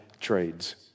trades